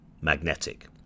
Magnetic